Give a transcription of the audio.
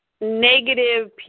negative